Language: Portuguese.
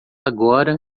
agora